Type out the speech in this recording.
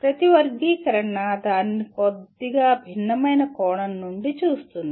ప్రతి వర్గీకరణ దానిని కొద్దిగా భిన్నమైన కోణం నుండి చూస్తుంది